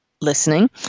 listening